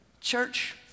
church